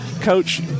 Coach